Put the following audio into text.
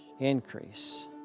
Increase